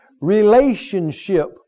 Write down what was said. Relationship